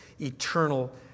eternal